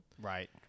Right